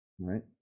Right